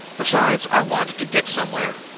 besides, i wanted to get somewhere.